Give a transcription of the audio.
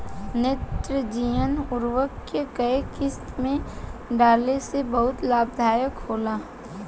नेत्रजनीय उर्वरक के केय किस्त में डाले से बहुत लाभदायक होला?